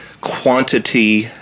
quantity